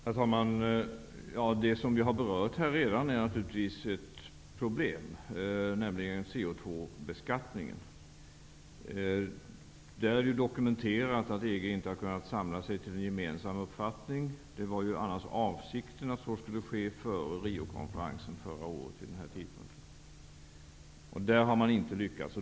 Herr talman! Det är dokumenterat att EG inte har kunnat samla sig till en gemensam uppfattning där. Avsikten var att så skulle ske före Riokonferensen förra året vid den här tidpunkten. Där har man inte lyckats.